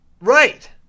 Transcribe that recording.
Right